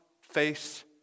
Face